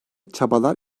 çabalar